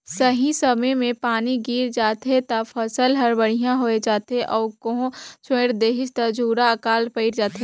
सही समय मे पानी गिर जाथे त फसल हर बड़िहा होये जाथे अउ कहो छोएड़ देहिस त झूरा आकाल पइर जाथे